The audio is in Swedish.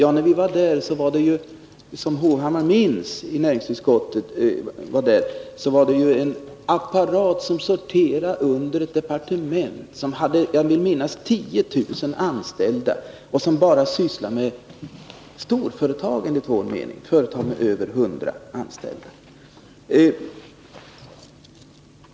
Men när vi var där med näringsutskottet, som Erik Hovhammar minns, var det en apparat som sorterade under ett departement som hade, vill jag minnas, 10 000 anställda, och man sysslade bara med enligt vår mening stora företag, med över 100 anställda.